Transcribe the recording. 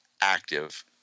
active